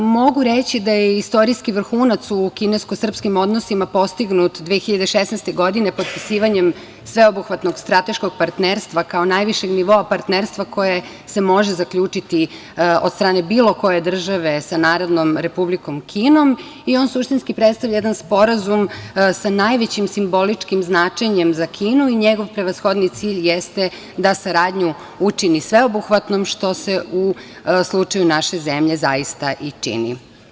Mogu reći da je istorijski vrhunac u kinesko-srpskim odnosima postignut 2016. godine, potpisivanjem sveobuhvatnog strateškog partnerstva kao najvišeg nivoa partnerstva koje se može zaključiti od strane bilo koje države sa Narodnom Republikom Kinom i on suštinski predstavlja jedan sporazum sa najvećim simboličkim značenjem za Kinu i njegov prevashodni cilj jeste da saradnju učini sveobuhvatnom, što se u slučaju naše zemlje zaista i čini.